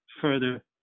further